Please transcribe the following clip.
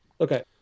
okay